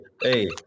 hey